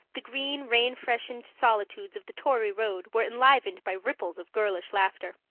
the green, rain-freshened solitudes of the tory road were enlivened by ripples of girlish laughter.